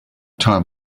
time